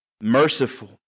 Merciful